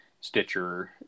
stitcher